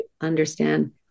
understand